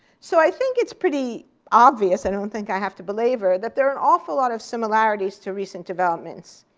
so i think it's pretty obvious i don't think i have to belabor that there are an awful lot of similarities to recent developments.